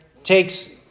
Takes